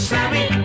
Sammy